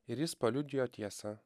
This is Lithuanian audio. ir jis paliudijo tiesą